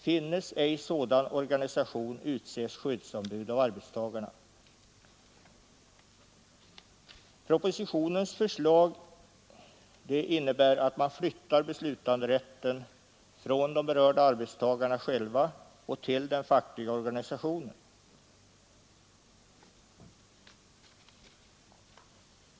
Finnes ej sådan organisation, utses skyddsombud av arbetstagarna.” Propositionens förslag innebär att man flyttar beslutanderätten från de berörda arbetstagarna själva till den fackliga organisationen.